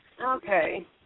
Okay